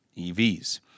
EVs